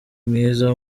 mwiza